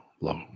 low